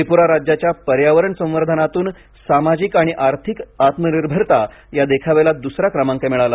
त्रिपुरा राज्याच्या पर्यावरण संवार्धांनातून सामाजिक आणि आर्थिक आत्मनिर्भरता या देखाव्याला दुसरा क्रमांक मिळाला